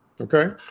okay